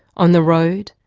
on the road,